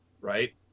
right